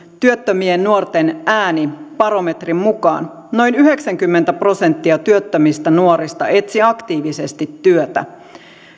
työttömien nuorten ääni barometrin mukaan noin yhdeksänkymmentä prosenttia työttömistä nuorista etsi aktiivisesti työtä